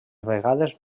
vegades